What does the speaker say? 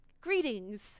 Greetings